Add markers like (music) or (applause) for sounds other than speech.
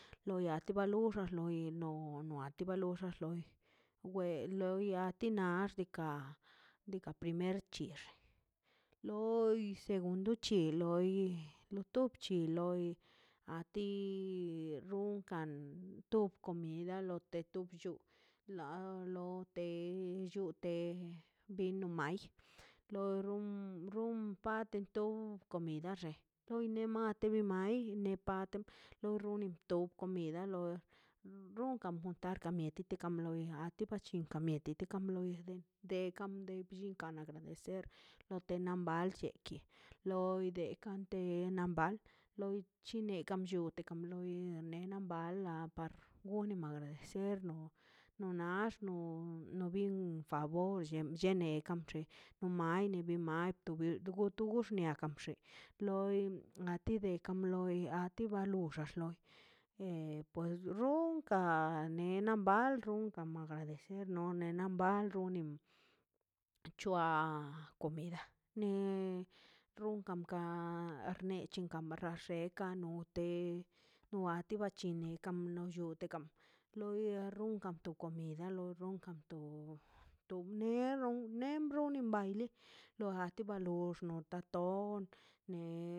Loia to ba luxi loia no no anti ba lox loxa loi kwe loi a ti nax diikaꞌ diikaꞌ primer chix loi segundo chi loi lo tub chi loi a ti runkan tub comida loi de tu bchu na lo te llute bino may lo run run patentob comida xe loi di mate mai ne paten lo runin tob comida loi runkan juntar ka mieti tika kam bin loi par mieti kam loiden te ka de bllinkan na agradecer note na mballle ki loi dekan de de na mbal loi chine kam lluten kam lui ne na balan par gunen agradecer no no nax no no bien favor bllene kan blle no mai ni mai tugu tu gux niakan bxe loi a ti de kam loi a ti ba loxax loi e pues runkan a ne nan bal runkan agradecer (unintelligible) c̱hoa comida ne runkan kan xnechen kam ba kan xekano ne anti ba chekan xi neka banllutekan loi runkan to comida lo ronkan to to bneda nembro labani lo jati ba lox ton ne.